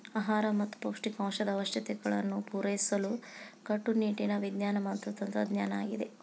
ಆಹಾರ ಮತ್ತ ಪೌಷ್ಟಿಕಾಂಶದ ಅವಶ್ಯಕತೆಗಳನ್ನು ಪೂರೈಸಲು ಕಟ್ಟುನಿಟ್ಟಿನ ವಿಜ್ಞಾನ ಮತ್ತ ತಂತ್ರಜ್ಞಾನ ಆಗಿದೆ